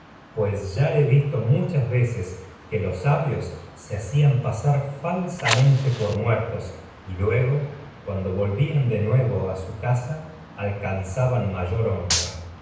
pues ya he visto muchas veces que los se sabios hacían pasar de falsamente por muertos y luego cuan a su do volvían nuevo casa alcanzaban mayor hon